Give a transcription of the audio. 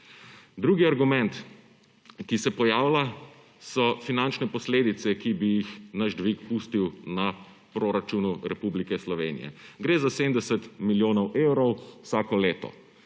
Drugi argument, ki se pojavlja, so finančne posledice, ki bi jih naš dvig pustil na proračunu Republike Slovenije. Gre za 70 milijonov evrov vsako leto.